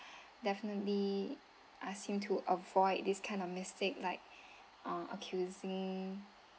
definitely ask him to avoid this kind of mistake like uh accusing